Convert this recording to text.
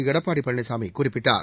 எடப்பாடி பழனிசாமி குறிப்பிட்டார்